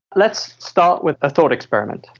let's start with a thought experiment.